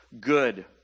good